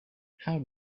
how